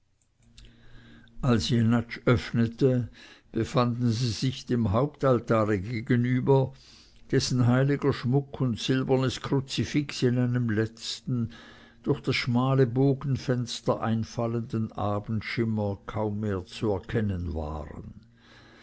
als jenatsch öffnete befanden sie sich dem hauptaltare gegenüber dessen heiliger schmuck und silbernes kruzifix in einem letzten durch das schmale bogenfenster einfallenden abendschimmer kaum mehr zu erkennen waren